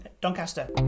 Doncaster